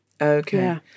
okay